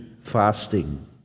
fasting